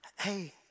Hey